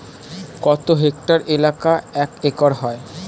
কত হেক্টর এলাকা এক একর হয়?